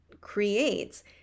creates